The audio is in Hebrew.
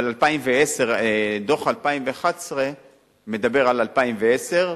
אבל דוח 2011 מדבר על 2010,